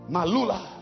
Malula